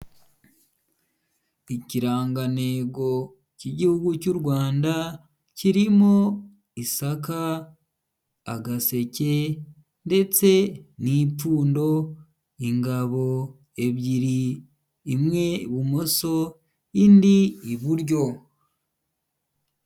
Ikirangantego cy'Igihugu cy' u Rwanda, kirimo isaka, agaseke ndetse n'ipfundo, ingabo ebyiri, imwe ibumoso indi iburyo.